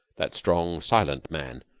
that strong, silent man,